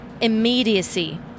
immediacy